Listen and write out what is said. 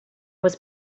was